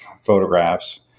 photographs